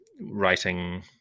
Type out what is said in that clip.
writing